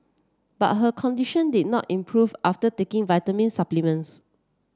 but her condition did not improve after taking vitamin supplements